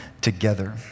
together